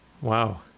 Wow